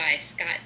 Scott